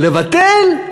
לבטל?